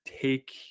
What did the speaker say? take